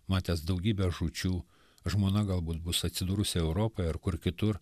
matęs daugybę žūčių žmona galbūt bus atsidūrusi europoje ar kur kitur